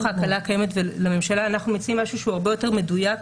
ההקלה הקיימת ולממשלה אנחנו מציעים משהו שהוא הרבה יותר מדויק,